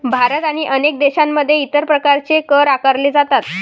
भारत आणि अनेक देशांमध्ये इतर प्रकारचे कर आकारले जातात